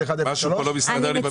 משהו כאן לא מסתדר לי.